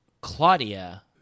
Claudia